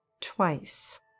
twice